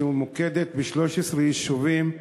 שממוקדת ב-13 יישובים,